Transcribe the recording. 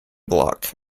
block